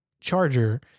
charger